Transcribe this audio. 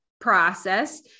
process